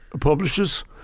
publishers